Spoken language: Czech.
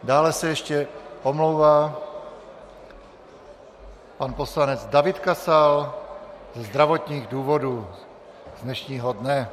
Dále se ještě omlouvá pan poslanec David Kasal ze zdravotních důvodů z dnešního dne.